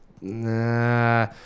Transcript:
nah